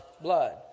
blood